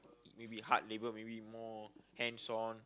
maybe hard labor maybe more hands on